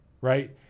right